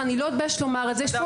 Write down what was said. ואני לא אתבייש לומר את זה.